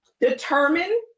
determine